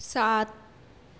سات